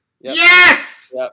Yes